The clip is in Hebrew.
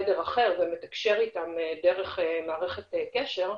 בחדר אחר ומתקשר איתם דרך מערכת קשר,